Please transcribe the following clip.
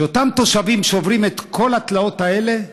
אותם תושבים שעוברים את כל התלאות האלה,